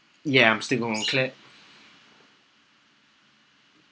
ya I'm still going on claire